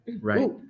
Right